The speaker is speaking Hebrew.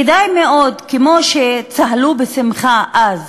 כדאי מאוד, כמו שצהלו בשמחה אז